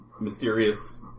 mysterious